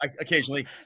Occasionally